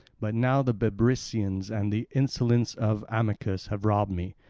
but now the bebrycians and the insolence of amycus have robbed me,